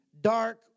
dark